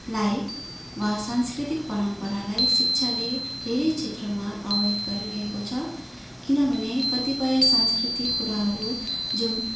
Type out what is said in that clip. वा सांस्कृतिक परम्परालाई शिक्षाले धेरै क्षेत्रमा प्रभावित गरिरहेको छ किनभने कतिपय सांस्कृतिक कुराहरू जुन